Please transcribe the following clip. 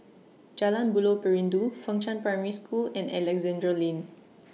Jalan Buloh Perindu Fengshan Primary School and Alexandra Lane